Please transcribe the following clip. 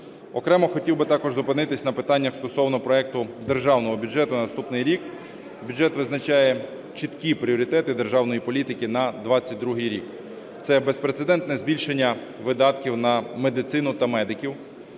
Окремо хотів би також зупинитися на питаннях стосовно проекту Державного бюджету на наступний рік. Бюджет визначає чіткі пріоритети державної політики на 22-й рік. Це безпрецедентне збільшення видатків на медицину та медиків.